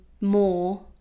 more